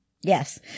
yes